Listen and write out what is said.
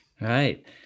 Right